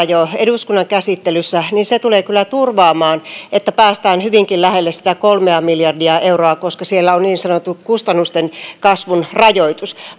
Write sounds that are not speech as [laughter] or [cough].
[unintelligible] jo eduskunnan käsittelyssä tulee kyllä turvaamaan että päästään hyvinkin lähelle sitä kolmea miljardia euroa koska siellä on niin sanottu kustannusten kasvun rajoitus